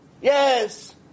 Yes